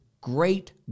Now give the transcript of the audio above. great